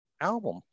album